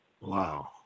Wow